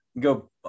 go